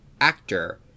actor